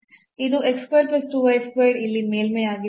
ಇದು ಇಲ್ಲಿ ಮೇಲ್ಮೈಯಾಗಿದೆ